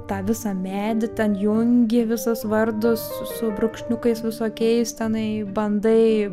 tą visą medį ten jungi visus vardus su brūkšniukais visokiais tenai bandai